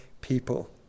people